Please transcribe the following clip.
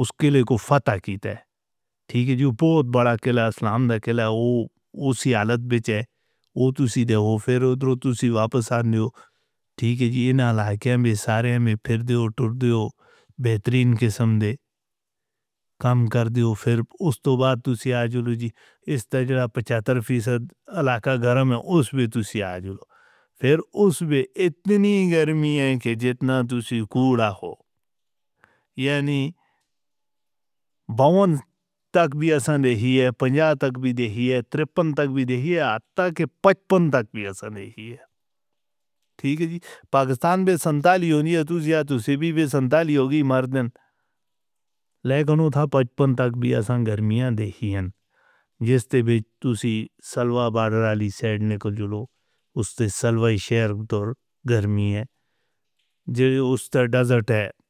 اُس قلعے کو فتح کیتے۔ ٹھیک ہے جو بوہت وڈا قلعہ اسلام دا قلعہ او اُسی حالت وچ ہے او تسی دے او واپس آ دیو ٹھیک ہے جی یے نالہ کے۔ بہترین قسم دے کام کر دی تے فیر اُس تو بعد تسی آجو جی، اِس تگڑا پچھتر فیصد الا دا گھر وچ اُس بھی تسی آجو۔ فیر اُس بھی اِتنی ہی گرمی ہے کہ جِتنا تسی کُوڑا ہو یانی باون۔ تک وی اَساں رہی ہے۔ پنجاب تک وی دیکھی ہے، ترپن تک وی دیکھی ہے، آج تک دے پچپن تک وی اَساں رہی ہے۔ ٹھیک ہے جی پاکستان وچ سنتالی ہو گئی مردان لہکݨو ٹھا پچپن تک وی اَساں گرمیاں دیکھیاں۔ جیہڑے توں وی تسی سلوا بادراں دے ݙےݨ کوں جو لوک اُس توں سلوائی شہر گرمی ہے جو اُس ڈزرٹ ہے۔